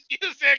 music